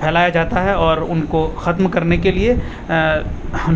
پھیلایا جاتا ہے اور ان کو ختم کرنے کے لیے